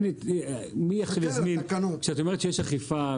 את אומרת שיש אכיפה,